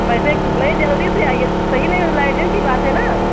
पैसे जल्द से आईए सही नहीं लैट्रीन की बात है ना